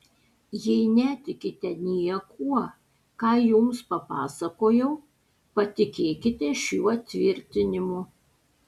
jei netikite niekuo ką jums papasakojau patikėkite šiuo tvirtinimu